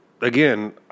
again